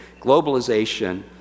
globalization